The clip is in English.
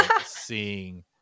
seeing